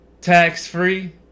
tax-free